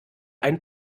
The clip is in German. ein